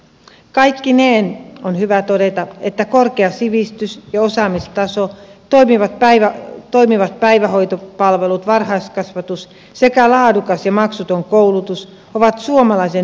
kaikkineen on hyvä todeta että korkea sivistys ja osaamistaso toimivat päivähoitopalvelut varhaiskasvatus sekä laadukas ja maksuton koulutus ovat suomalaisen hyvinvointiyhteiskunnan perusta